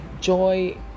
Joy